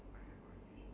how about you